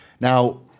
Now